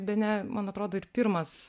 bene man atrodo ir pirmas